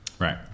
Right